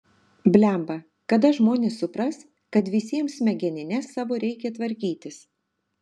blemba kada žmonės supras kad visiems smegenines savo reikia tvarkytis